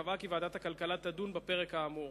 וקבעה כי ועדת הכלכלה תדון בפרק האמור.